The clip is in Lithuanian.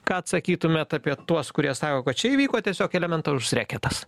ką atsakytumėt apie tuos kurie sako kad čia įvyko tiesiog elementarus reketas